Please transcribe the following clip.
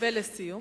ולסיום?